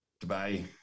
Goodbye